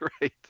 right